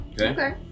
Okay